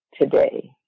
today